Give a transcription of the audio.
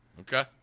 Okay